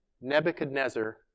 Nebuchadnezzar